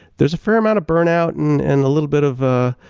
there is a fair amount of burnout and and a little bit of ah